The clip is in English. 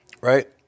Right